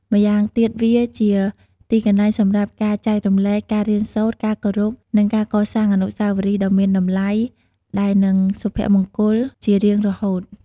ម៉្យាងទៀតវា ជាទីកន្លែងសម្រាប់ការចែករំលែក ការរៀនសូត្រ ការគោរព និងការកសាងអនុស្សាវរីយ៍ដ៏មានតម្លៃ ដែលនឹងសុភមង្គលជារៀងរហូត។